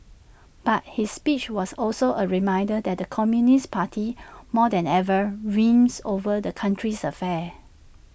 but his speech was also A reminder that the communist party more than ever reigns over the country's affairs